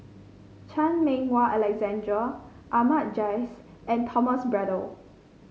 Chan Meng Wah Alexander Ahmad Jais and Thomas Braddell